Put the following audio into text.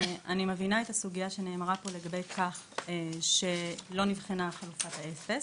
אני מבינה את הסוגייה שנאמרה פה לגבי כך שלא נבחנה חלוקת ה-0.